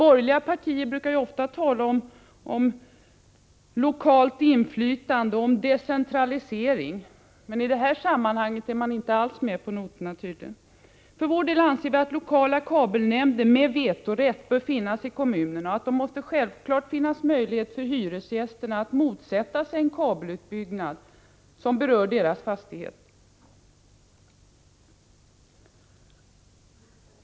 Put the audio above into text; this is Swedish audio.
Borgerliga partier brukar ofta tala om lokalt inflytande och decentralisering, men i detta sammanhang är de tydligen inte med på noterna. Vi anser att lokala kabelnämnder med vetorätt bör finnas i kommunerna, och det måste självfallet vara möjligt för hyresgästerna att motsätta sig en kabelutbyggnad som berör deras fastighet.